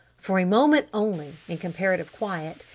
for a moment only, in comparative quiet,